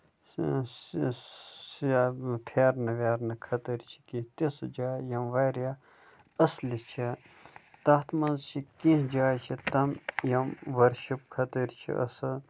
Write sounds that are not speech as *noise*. *unintelligible* پھیرنہٕ ویرنہٕ خٲطٔر چھِ کیٚنٛہہ تِژھٕ جایہِ یِم واریاہ اَصٕلہٕ چھےٚ تَتھ منٛز چھِ کیٚنٛہہ جایہِ چھِ تِم یِم ؤرشِپ خٲطر چھِ اَصٕل